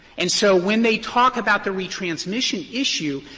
and so when they talk about the retransmission issue,